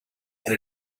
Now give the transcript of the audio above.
and